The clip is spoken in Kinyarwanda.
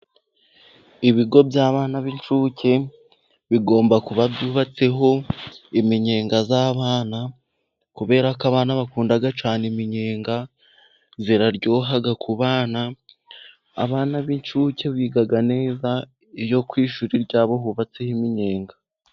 Ibigo by'abana b'incuke bigomba kuba byubatseho iminyenga y'abana, kubera ko abana bakunda cyane iminyega, iraryoha ku bana. Abana b'incuke biga neza, iyo ku ishuri ryabo hubatseho iminyenga.